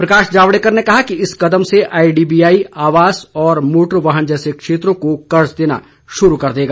प्रकाश जावड़ेकर ने कहा कि इस कदम से आई डी बी आई आवास और मोटर वाहन जैसे क्षेत्रों को कर्ज देना शुरू कर देगा